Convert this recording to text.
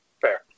Fair